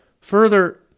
Further